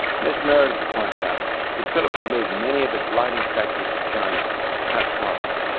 miss meredith points out that philips moved many of its lighting factories to china to cut costs.